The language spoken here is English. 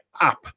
app